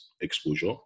exposure